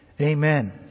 amen